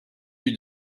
you